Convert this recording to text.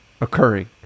occurring